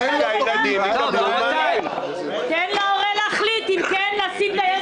--- אין לו תוכנית --- תן להורה להחליט אם כן לשים את הילד